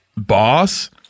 Boss